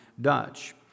Dutch